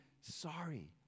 Sorry